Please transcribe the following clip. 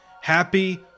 Happy